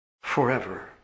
forever